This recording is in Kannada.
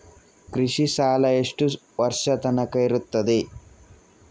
ಕೃಷಿ ಸಾಲ ಎಷ್ಟು ವರ್ಷ ತನಕ ಇರುತ್ತದೆ?